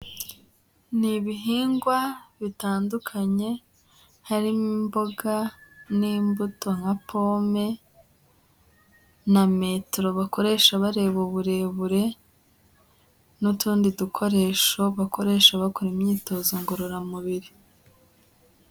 Ni ibihingwa bitandukanye harimo imboga n'imbuto nka pome na metero bakoresha bareba uburebure n'utundi dukoresho bakoresha bakora imyitozo ngororamubiri.